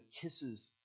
kisses